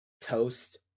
toast